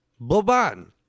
Boban